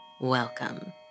welcome